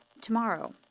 tomorrow